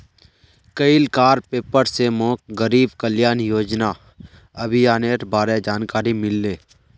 कइल कार पेपर स मोक गरीब कल्याण योजना अभियानेर बारे जानकारी मिलले